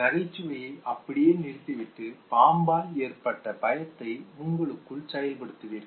நகைச்சுவையை அப்படியே நிறுத்திவிட்டு பாம்பால் ஏற்பட்ட பயத்தை உங்களுக்குள் செயல்படுத்துவீர்கள்